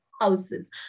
houses